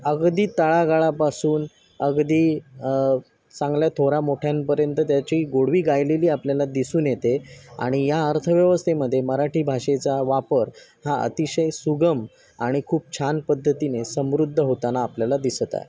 अगदी तळागाळापासून अगदी चांगल्या थोरामोठ्यांपर्यंत त्याची गोडवी गायलेली आपल्याला दिसून येते आणि या अर्थव्यवस्थेमध्ये मराठी भाषेचा वापर हा अतिशय सुगम आणि खूप छान पद्धतीने समृद्ध होताना आपल्याला दिसत आहे